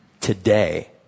today